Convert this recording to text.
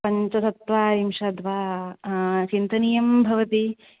पञ्चचत्वारिंशद् वा चिन्तनीयं भवति